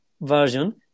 version